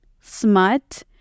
smut